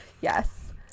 Yes